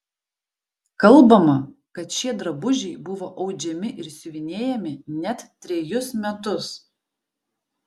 kalbama kad šie drabužiai buvo audžiami ir siuvinėjami net trejus metus